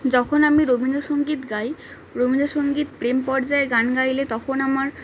যখন আমি রবীন্দ্রসগীত গাই রবীন্দ্রসঙ্গীত প্রেম পর্যায়ে গান গাইলে তখন আমার